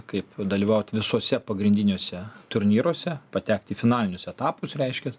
kaip dalyvaut visuose pagrindiniuose turnyruose patekti į finalinius etapus reiškia